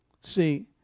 See